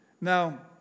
Now